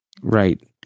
Right